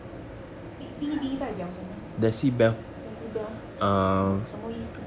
D_B 代表什么 decibel 什么什么意思